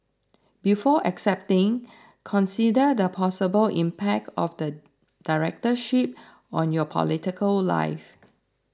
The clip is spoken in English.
before accepting consider the possible impact of the directorship on your political life